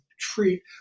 Treat